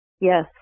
Yes